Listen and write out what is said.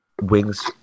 Wings –